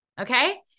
okay